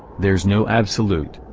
there's no absolute.